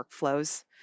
workflows